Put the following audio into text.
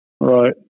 right